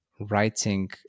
writing